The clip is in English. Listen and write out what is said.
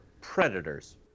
Predators